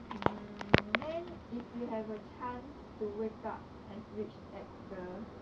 mm then if you have a chance to wake up as rich as the